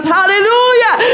Hallelujah